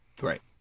Right